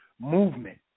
movement